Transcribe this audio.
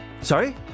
Sorry